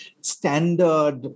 standard